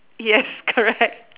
yes correct